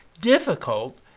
difficult